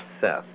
Seth